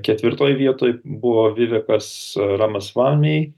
ketvirtoj vietoj buvo vivekas ramas vamei